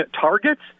targets